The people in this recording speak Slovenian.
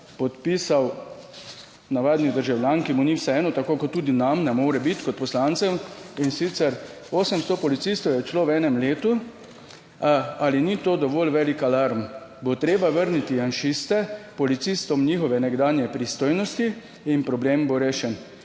podpisal navadni državljan, ki mu ni vseeno, tako kot tudi nam ne more biti kot poslancem in sicer, 800 policistov je odšlo v enem letu, ali ni to dovolj velik alarm? Bo treba vrniti janšiste policistom, njihove nekdanje pristojnosti in problem bo rešen.